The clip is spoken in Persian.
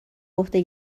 عهده